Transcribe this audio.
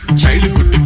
childhood